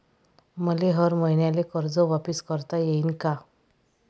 मले हर मईन्याले कर्ज वापिस करता येईन का?